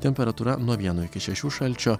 temperatūra nuo vieno iki šešių šalčio